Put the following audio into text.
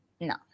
No